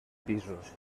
pisos